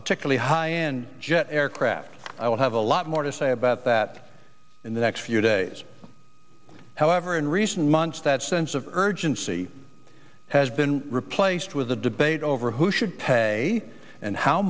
particularly high and jet aircraft i would have a lot more to say about that in the next few days however in recent months that sense of urgency has been replaced with the debate over who should pay and how